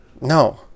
No